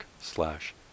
slash